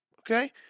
Okay